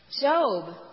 Job